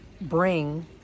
bring